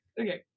okay